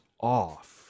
off